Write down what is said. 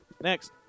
Next